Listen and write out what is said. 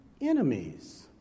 enemies